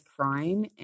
crime